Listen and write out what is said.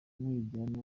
umwiryane